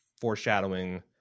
foreshadowing